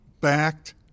backed